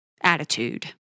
attitude